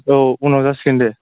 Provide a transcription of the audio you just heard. औ उनाव जासिगोन दे